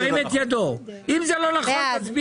מי נגד?